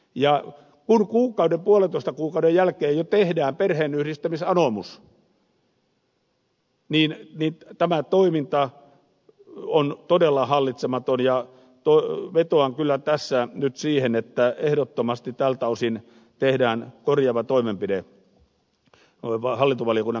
kun kuukauden puolentoista kuukauden jälkeen jo tehdään perheenyhdistämisanomus niin tämä toiminta on todella hallitsematonta ja vetoan kyllä tässä nyt siihen että ehdottomasti tältä osin tehdään korjaava toimenpide hallintovaliokunnan käsittelyssä